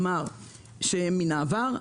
כלומר הם מן העבר,